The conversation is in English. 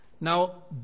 Now